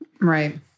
Right